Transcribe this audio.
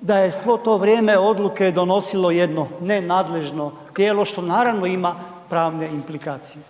da je svo to vrijeme odluke je donosilo jedno nenadležno tijelo, što naravno ima pravne implikacije.